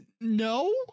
No